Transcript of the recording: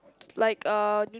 like uh